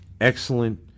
excellent